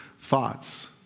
thoughts